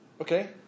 Okay